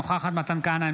אינה נוכחת מתן כהנא,